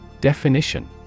Definition